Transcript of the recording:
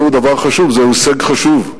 זהו דבר חשוב, זהו הישג חשוב,